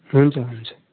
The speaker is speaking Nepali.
हुन्छ हुन्छ